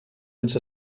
ens